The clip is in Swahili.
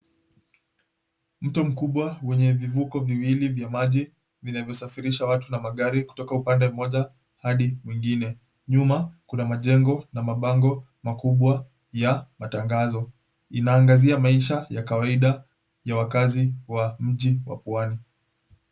Mto mkubwa wenye vivuko viwili vya maji vinavyosafirisha watu na magari kutoka upande mmoja hadi mwingine, nyuma kuna majengo na mabango makubwa ya matangazo inaangazia ya kawaida ya wakaazi wa mji wa pwani.